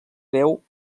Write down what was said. veu